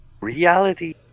Reality